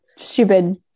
stupid